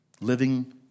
living